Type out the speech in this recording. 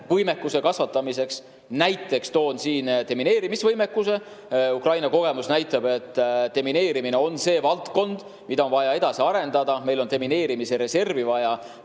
võimekuse kasvatamiseks, näiteks toon siin demineerimisvõimekuse. Ukraina kogemus näitab, et demineerimine on valdkond, mida on vaja edasi arendada, meil on demineerimise reservi vaja,